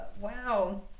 Wow